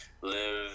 Live